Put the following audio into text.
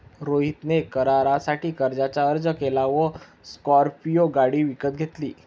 रोहित ने कारसाठी कर्जाचा अर्ज केला व स्कॉर्पियो गाडी विकत घेतली